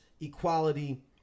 equality